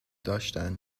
داشتن